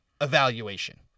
evaluation